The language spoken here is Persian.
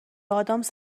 ادامس